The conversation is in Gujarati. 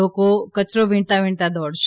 લોકો કચરો વીણતાં વીણતાં દોડશે